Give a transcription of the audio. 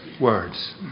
words